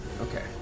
Okay